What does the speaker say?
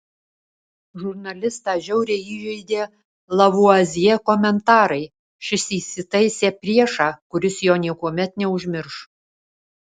žurnalistą žiauriai įžeidė lavuazjė komentarai šis įsitaisė priešą kuris jo niekuomet neužmirš